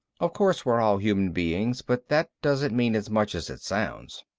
of course we're all human beings, but that doesn't mean as much as it sounds.